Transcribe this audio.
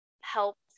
helped